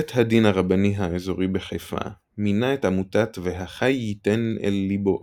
בית הדין הרבני האזורי בחיפה מינה את עמותת "והחי ייתן אל ליבו"